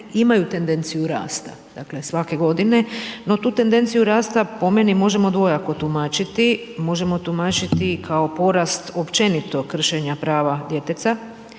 imaju tendenciju rasta, svake godine. No tu tendenciju rasta po meni možemo dvojako tumačiti, možemo tumačiti kao porast općenito kršenja prava djeteta,